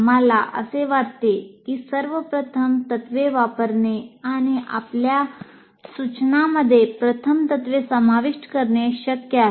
आम्हाला असे वाटते की सर्व प्रथम तत्त्वे वापरणे आणि आपल्या सूचनांमध्ये प्रथम तत्त्वे समाविष्ट करणे शक्य आहे